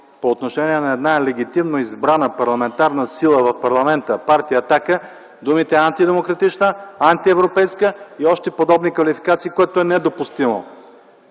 по отношение на една легитимно избрана парламентарна сила в парламента – Партия „Атака”, думите антидемократична, антиевропейска и още подобни квалификации, което е недопустимо.